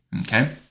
Okay